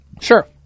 Sure